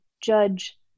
judge